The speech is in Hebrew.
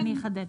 אני אחדד.